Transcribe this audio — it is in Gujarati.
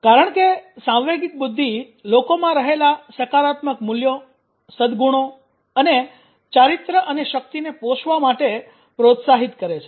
કારણ કે સાંવેગિક બુદ્ધિ લોકોમાં રહેલા સકારાત્મક મૂલ્યો સદગુણો અને ચારિત્ર્ય અને શક્તિને પોષવા માટે પ્રોત્સાહિત કરે છે